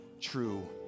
true